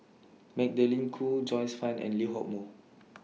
Magdalene Khoo Joyce fan and Lee Hock Moh